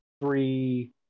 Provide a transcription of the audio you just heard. three